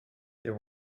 there